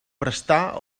prestar